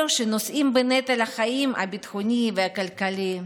אלו שנושאים בנטל החיים הביטחוני והכלכלי,